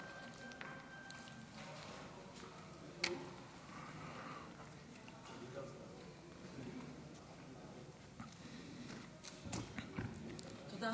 תודה,